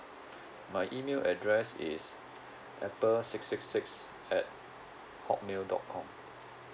my email address is apple six six six at hotmail dot com